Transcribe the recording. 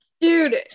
Dude